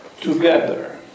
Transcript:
together